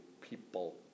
people